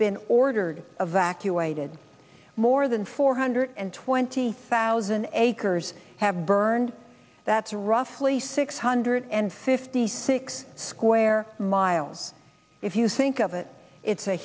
been ordered evacuated more than four hundred and twenty thousand acres have burned that's roughly six hundred and fifty six square miles if you think of it it's a